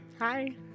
Hi